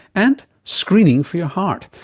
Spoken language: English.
and screening for your heart.